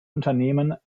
unternehmen